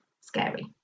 scary